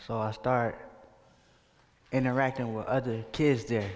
saw start interacting with other kids there